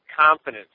confidence